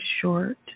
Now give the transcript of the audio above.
short